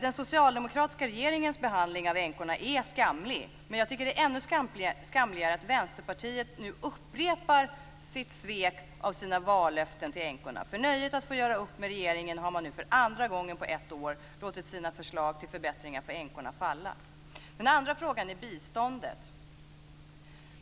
Den socialdemokratiska regeringens behandling av änkorna är skamlig. Men jag tycker att det är ännu skamligare att Vänsterpartiet nu upprepar sitt svek av sina vallöften till änkorna. För nöjet att få göra upp med regeringen har man nu för andra gången på ett år låtit sina förslag till förbättringar för änkorna falla. Det andra gäller biståndet.